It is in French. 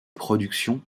productions